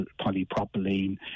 polypropylene